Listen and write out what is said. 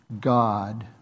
God